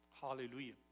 Hallelujah